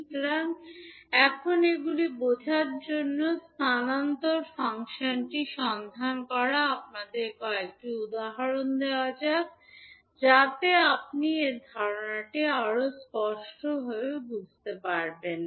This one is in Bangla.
সুতরাং এখন এগুলি বোঝার জন্য স্থানান্তর ফাংশনটি সন্ধান করা আমাদের কয়েকটি উদাহরণ নেওয়া যাক যাতে আপনি ধারণাটি আরও স্পষ্টভাবে বুঝতে পারবেন